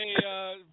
hey